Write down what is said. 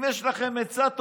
אם יש לכם עצה טובה,